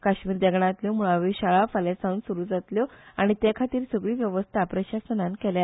काश्मिर देगणातल्यो मुळाव्यो शाळा फाल्या सावन सुरु जातल्यो आनी ते खातीर सगळी वेवस्था प्रशासनान केल्या